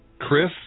Chris